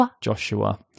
Joshua